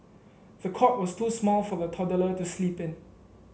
the cot was too small for the toddler to sleep in